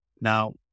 Now